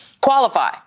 qualify